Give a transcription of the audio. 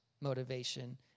motivation